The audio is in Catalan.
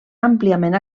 àmpliament